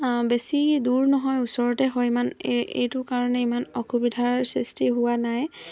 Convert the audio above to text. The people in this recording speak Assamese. বেছি দূৰ নহয় ওচৰতে হয় ইমান এই এইটো কাৰণে ইমান অসুবিধাৰ সৃষ্টি হোৱা নাই